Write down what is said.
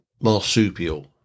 marsupial